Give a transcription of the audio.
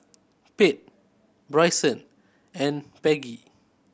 Pate Brycen and Peggy